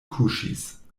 kuŝis